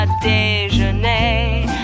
déjeuner